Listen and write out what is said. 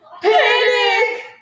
Panic